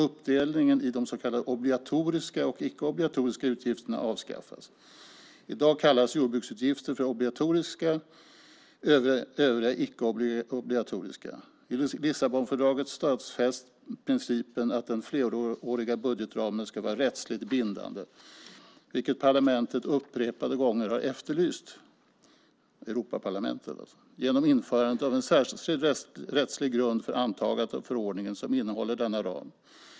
Uppdelningen i de så kallade obligatoriska och icke obligatoriska utgifterna avskaffas. I dag kallas jordbruksutgifter för obligatoriska och övriga för icke obligatoriska. I Lissabonfördraget stadfästs principen att den fleråriga budgetramen ska vara rättsligt bindande, vilket Europaparlamentet upprepade gånger har efterlyst. Detta sker då genom införandet av en särskilt rättslig grund för antagandet av förordningen som innehåller denna ram.